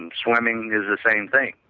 and swimming is the same thing,